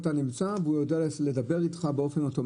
אתה נמצא והוא יודע לדבר אתך באופן אוטומטי.